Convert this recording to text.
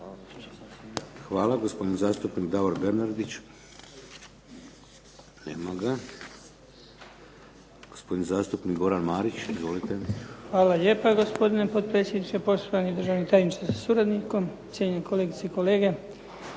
Hvala. Gospodin zastupnik Davor Bernardić. Nema ga. Gospodin zastupnik Goran Marić. Izvolite. **Marić, Goran (HDZ)** Hvala lijepa. Gospodine potpredsjedniče, poštovani državni tajniče sa suradnikom, cijenjeni kolegice i kolege.